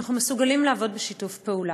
שאנחנו מסוגלים לעבוד בשיתוף פעולה.